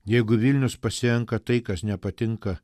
jeigu vilnius pasirenka tai kas nepatinka